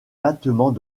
battements